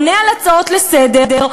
עונה על הצעות לסדר,